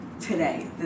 today